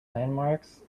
landmarks